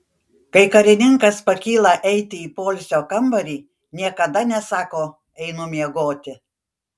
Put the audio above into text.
kai karininkas pakyla eiti į poilsio kambarį niekada nesako einu miegoti